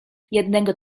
jednego